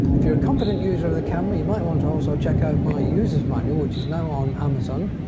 if you're a competent user of the camera you might want to also check out my user's manual which is now on amazon.